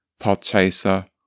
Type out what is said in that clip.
Podchaser